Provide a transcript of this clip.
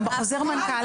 גם בחוזר מנכ"ל